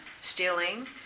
stealing